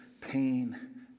pain